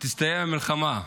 תסתיים המלחמה,